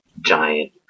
giant